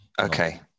Okay